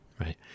right